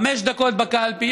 חמש דקות בקלפי,